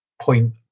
point